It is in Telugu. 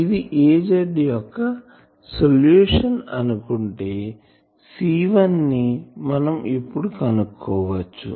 ఇది Az యొక్క సొల్యూషన్ అనుకుంటే C1 ని మనం ఇప్పుడు కనుక్కోవచ్చు